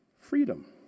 freedom